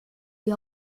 die